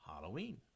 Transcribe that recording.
Halloween